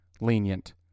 lenient